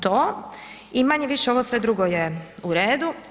To i manje-više ovo sve drugo je u redu.